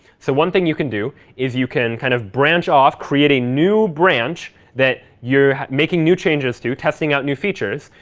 so one thing you can do is you can kind of branch off, creating a new branch that you're making new changes to, testing out new features,